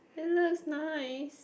it looks nice